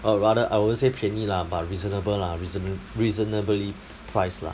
or rather I won't say 便宜 lah but reasonable lah reasona~ reasonably priced lah